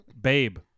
Babe